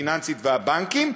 הפיננסית והבנקים,